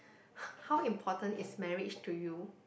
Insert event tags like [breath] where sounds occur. [breath] how important is marriage to you